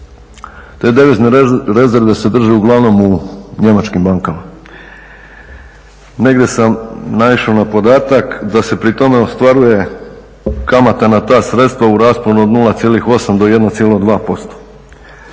Te devizne rezerve se drže uglavnom u njemačkim bankama. Negdje sam naišao na podatak da se pri tome ostvaruje kamata na ta sredstva u rasponu od 0,8 do 1,2%.